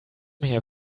here